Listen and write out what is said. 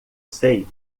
sei